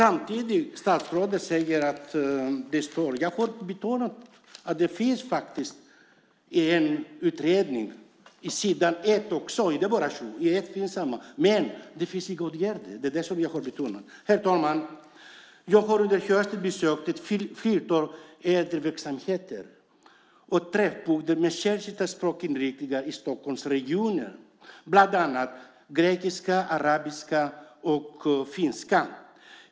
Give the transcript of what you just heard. Det står i utredningen på s. 1 detsamma som på s. 7, men det finns inga åtgärder. Det är det som jag har betonat. Jag har under hösten besökt ett flertal äldreverksamheter och träffpunkter med särskilda språkinriktningar i Stockholmsregionen, bland annat grekiska, arabiska och finska.